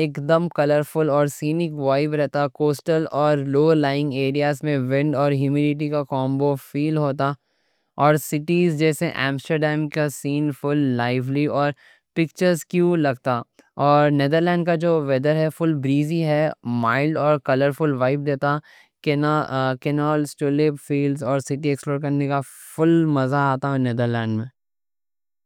ایک دم کلرفل اور سینک وائب رہتا. کوسٹل یا لو-لائنگ ایریاز میں ونڈ اور ہیومیڈیٹی کا کامبو فیل ہوتا. اور سٹیز جیسے ایمسٹرڈیم کا سین فل لائفلی اور پکچرس کو لگتا. اور نیدرلینڈ کا جو ویدر ہے، فل بریزی ہے، مائلڈ ہے اور کلرفل وائب دیتا. کینالز، ٹولپ فیلڈز اور سٹی ایکسپلور کرنے کا فل مزہ آتا نیدرلینڈ میں.